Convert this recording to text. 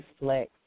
reflect